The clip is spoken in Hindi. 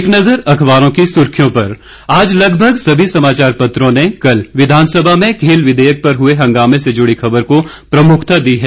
एक नज़र अखबारों की सुर्खियों पर आज लगभग सभी समाचार पत्रों ने कल विधानसभा में खेल विघेयक पर हुए हंगामे से जुड़ी खबर को प्रमुखता दी है